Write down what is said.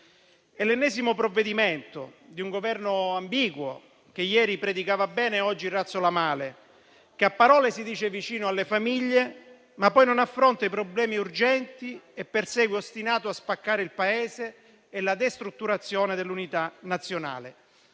È l'ennesimo provvedimento di un Governo ambiguo, che ieri predicava bene e oggi razzola male; che a parole si dice vicino alle famiglie, ma poi non affronta i problemi urgenti e persegue, ostinatamente, a spaccare il Paese e nella destrutturazione dell'unità nazionale,